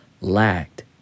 lacked